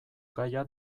gaia